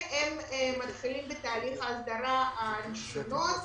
והם מתחילים בתהליך ההסדרה של הרישיונות.